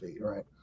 right